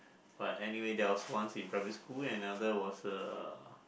but anyway there was once in primary school another was uh